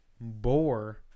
boar